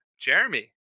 Jeremy